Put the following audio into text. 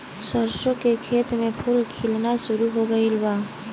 सरसों के खेत में फूल खिलना शुरू हो गइल बा